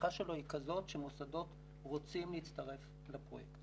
וההצלחה שלו היא כזאת שמוסדות רוצים להצטרף לפרויקט.